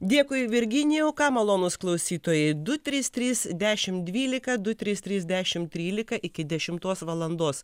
dėkui virginijau ką malonūs klausytojai du trys trys dešim dvylika du trys trys dešim trylika iki dešimtos valandos